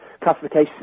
Classification